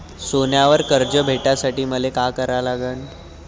सोन्यावर कर्ज भेटासाठी मले का करा लागन?